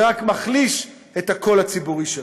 זה רק מחליש את הקול הציבורי שלנו.